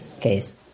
case